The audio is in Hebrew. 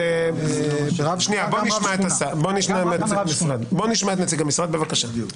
נשמע את נציג המשרד, בבקשה.